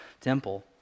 temple